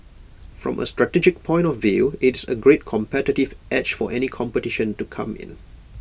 from A strategic point of view it's A great competitive edge for any competition to come in